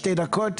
שתי דקות.